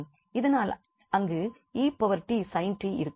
அதனால் அங்கு 𝑒−𝑡 sin 𝑡 இருக்கும்